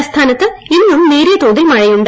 തലസ്ഥാനത്ത് ഇന്നും നേരിയ തോതിൽ മഴയുണ്ട്